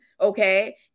okay